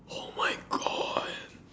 oh my god